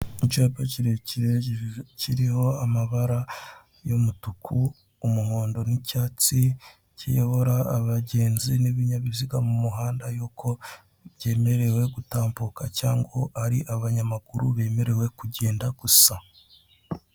Icyapa kirekire kiriho amabara y'umutuku, umuhondo n'icyatsi, kiyobora abagenzi n'ibinyabiziga mu muhanda yuko byemerewe gutambuka, cyangwa ari abanyamaguru bemerewe kugenda gusa.